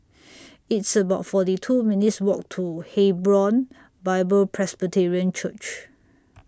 It's about forty two minutes' Walk to Hebron Bible Presbyterian Church